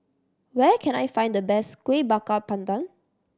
where can I find the best Kueh Bakar Pandan